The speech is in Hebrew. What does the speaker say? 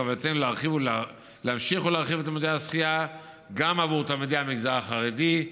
בכוונתנו להמשיך להרחיב את לימודי השחייה גם עבור תלמידי המגזר החרדי,